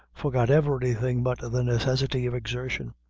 forgot everything but the necessity of exertion.